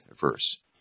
verse